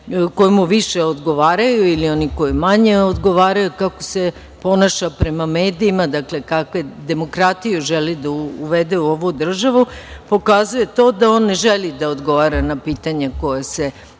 koji mu više odgovaraju ili oni koji manje odgovaraju, kako se ponaša prema medijima, dakle kakvu demokratiju želi da uvede u ovu državu, pokazuje to da on ne želi da odgovara na pitanja koja se odnose